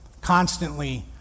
Constantly